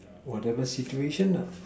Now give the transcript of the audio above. whatever situation nah